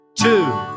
two